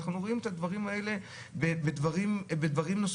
אנחנו רואים את הדברים האלה בדברים נוספים,